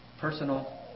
personal